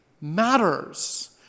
matters